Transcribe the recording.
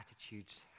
attitudes